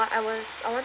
uh I was I wanted